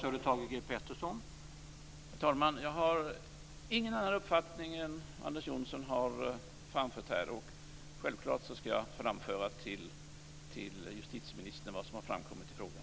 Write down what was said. Herr talman! Jag har ingen annan uppfattning än den som Anders Johnson här har framfört. Självklart skall jag framföra till justitieministern vad som har framkommit i frågan.